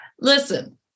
Listen